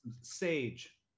sage